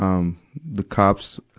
um the cops, ah,